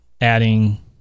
adding